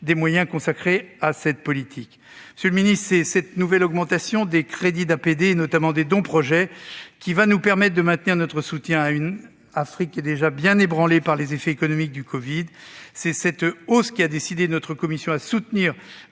des moyens consacrés à cette politique. Monsieur le ministre, cette nouvelle augmentation des crédits de l'APD, notamment des dons-projets, nous permettra de maintenir notre soutien à une Afrique d'ores et déjà ébranlée par les effets économiques du covid. Cette hausse a convaincu notre commission de soutenir